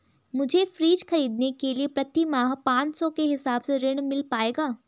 मुझे फ्रीज खरीदने के लिए प्रति माह पाँच सौ के हिसाब से ऋण मिल पाएगा?